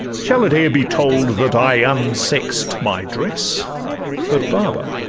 shall it e'er be told that i unsex'd my dress but baba,